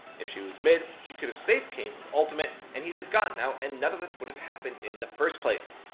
if she was mid, she could've saved kayn with ultimate and he'd have gotten out and none of this would have happened in the first place.